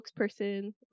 spokesperson